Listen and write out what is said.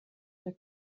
der